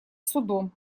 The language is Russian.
судом